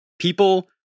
People